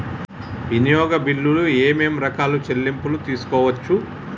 వినియోగ బిల్లులు ఏమేం రకాల చెల్లింపులు తీసుకోవచ్చు?